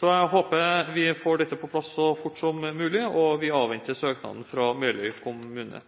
Så jeg håper vi får dette på plass så fort som mulig, og vi avventer søknaden fra Meløy kommune.